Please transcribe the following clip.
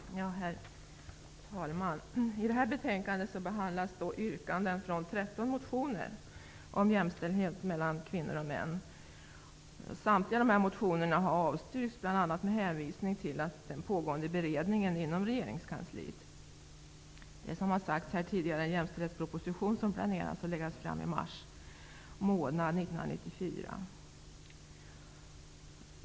Herr talman! I detta betänkande behandlas yrkanden från 13 motioner om jämställdhet mellan kvinnor och män. Samtliga dessa motioner har avstyrkts bl.a. med hänvisning till pågående beredning inom regeringskansliet. Som tidigare har sagts planeras en jämställdhetsproposition att läggas fram i mars månad 1994.